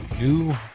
new